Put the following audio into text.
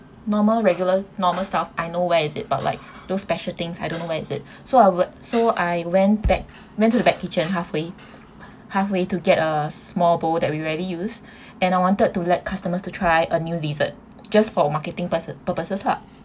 normal regular normal stuff I know where is it but like those special things I don't where is it so I wer~ so I went back went to the back kitchen halfway halfway to get a small bowl that we rarely use and I wanted to let customers to try a new dessert just for marketing purposes lah